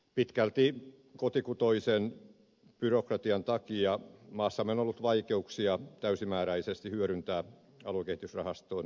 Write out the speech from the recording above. pitkälti kotikutoisen byrokratian takia maassamme on ollut vaikeuksia täysimääräisesti hyödyntää aluekehitysrahaston varoja